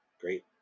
great